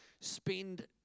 Spend